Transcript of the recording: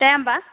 जाया होमबा